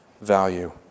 value